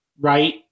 right